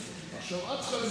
עכשיו את צריכה,